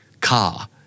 car